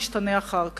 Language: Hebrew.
משתנה אחר כך.